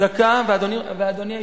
אדוני היושב-ראש,